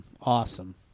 Awesome